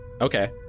Okay